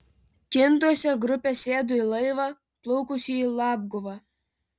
kintuose grupė sėdo į laivą plaukusį į labguvą